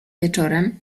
wieczorem